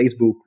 Facebook